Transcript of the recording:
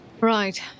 right